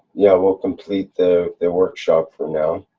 yeah we'll complete the workshop for now